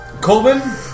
Colvin